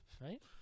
Right